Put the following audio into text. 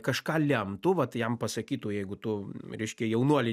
kažką lemtų vat jam pasakytų jeigu tu reiškia jaunuoli